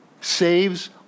saves